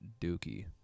Dookie